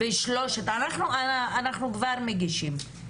אנחנו כבר מגישים.